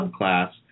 subclass